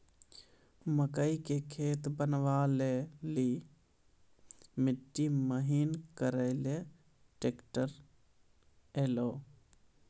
मकई के खेत बनवा ले ली मिट्टी महीन करे ले ली ट्रैक्टर ऐलो?